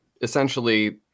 essentially